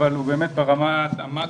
אבל ברמת המקרו,